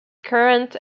current